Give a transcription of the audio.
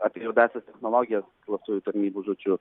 apie juodąsias technologijas slaptųjų tarnybų žodžiu